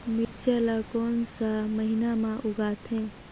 मिरचा ला कोन सा महीन मां उगथे?